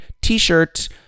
t-shirt